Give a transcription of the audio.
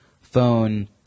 Phone